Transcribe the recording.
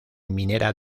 minera